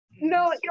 No